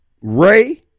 Ray